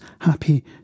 happy